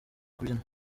kubyina